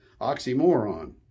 oxymoron